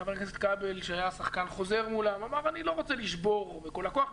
וחבר הכנסת כבל שהיה שחקן חוזר מולם אמר: אני לא רוצה לשבור בכל הכוח.